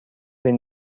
این